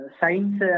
science